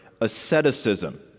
asceticism